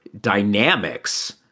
dynamics